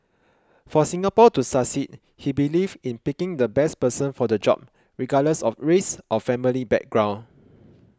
for Singapore to succeed he believed in picking the best person for the job regardless of race or family background